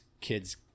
kids